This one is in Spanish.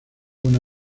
buena